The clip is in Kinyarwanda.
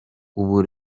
ubu